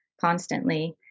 constantly